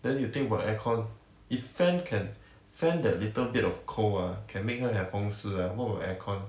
then you think about air con if fan can fan that little bit of cold ah can make her have 风湿 ah what will air con